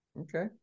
Okay